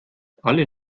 alle